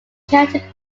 celtic